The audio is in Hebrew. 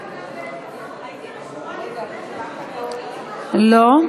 הייתי רשומה לפני, לא,